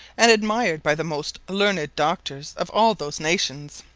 and admired by the most learned doctors of all those nations.